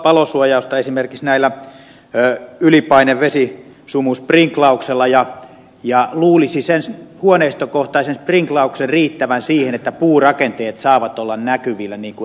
voidaan mahdollistaa tätä palosuojausta esimerkiksi ylipainevesisumusprinklauksella ja luulisi sen huoneistokohtaisen sprinklauksen riittävän siihen että puurakenteet saavat olla näkyvillä niin kuin ed